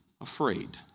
afraid